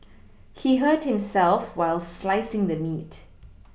he hurt himself while slicing the meat